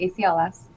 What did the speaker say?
ACLS